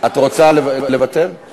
את רוצה לוותר?